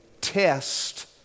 test